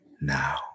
now